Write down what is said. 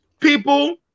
people